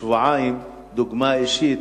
שבועיים דוגמה אישית,